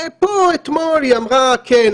פה אתמול היא אמרה כן,